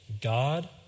God